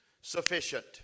sufficient